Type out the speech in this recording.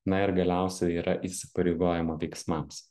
na ir galiausiai yra įsipareigojama veiksmams